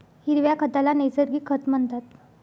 हिरव्या खताला नैसर्गिक खत म्हणतात